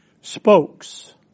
spokes